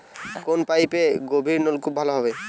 কোন পাইপে গভিরনলকুপ ভালো হবে?